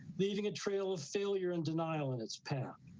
leaving a trail of failure and denial and its path.